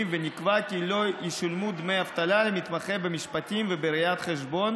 ונקבע כי לא ישולמו דמי אבטלה למתמחה במשפטים ובראיית חשבון